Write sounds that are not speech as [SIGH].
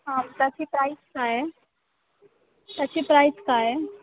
[UNINTELLIGIBLE] price काय आहे त्याची प्राईस काय आहे